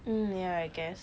mm ya I guess